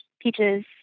peaches